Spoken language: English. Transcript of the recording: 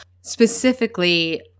specifically